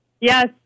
Yes